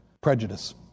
Prejudice